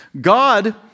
God